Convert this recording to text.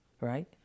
Right